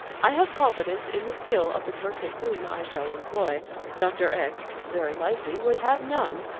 i have confidence in the skill of the person whom i shall employ dr. x, very likely, would have none,